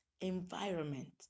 environment